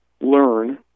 Learn